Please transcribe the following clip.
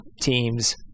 teams